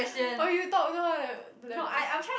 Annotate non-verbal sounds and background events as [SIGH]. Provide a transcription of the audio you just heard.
[BREATH] oh you talk down eh to that book